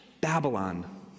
Babylon